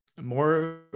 more